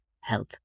health